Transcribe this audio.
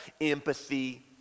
empathy